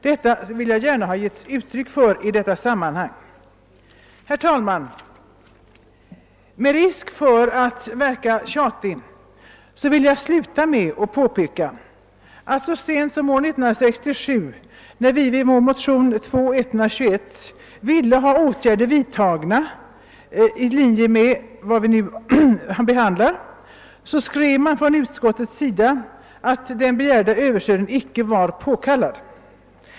Det vill jag gärna understryka i detta sammanhang. Herr talman! Med risk för att verka tjatig vill jag sluta med att påpeka att så sent som år 1967, när vi i vår motion II: 121 yrkade att åtgärder sådana som de vi nu behandlar skulle vidtas, skrev utskottet att den begärda översynen icke var påkallad.